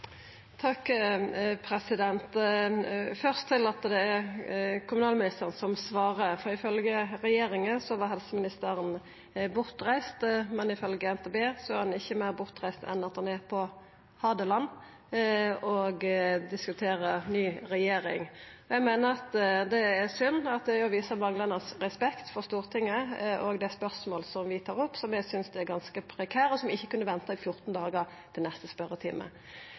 Først til at det er kommunalministeren som svarer, for ifølgje regjeringa er helseministeren bortreist, men ifølgje NTB er han ikkje meir bortreist enn at han er på Hadeland og diskuterer ny regjering. Eg meiner at det er synd, og at det viser manglande respekt for Stortinget og dei spørsmåla som vi tar opp, som eg synest er ganske prekære, og som ikkje kunne venta i 14 dagar til neste spørjetime.